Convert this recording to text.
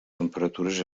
temperatures